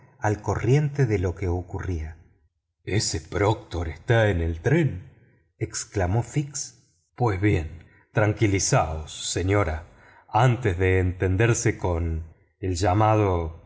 al corriente de lo que ocurría ese proctor está en el tren exclamó fix pues bien tranquilizaos señora antes de entenderse con el llamado